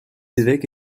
évêques